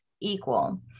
equal